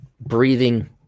breathing